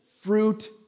fruit